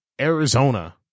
Arizona